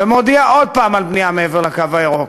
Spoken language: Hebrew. ומודיע עוד פעם על בנייה מעבר לקו הירוק,